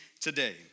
today